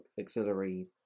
auxiliary